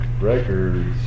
records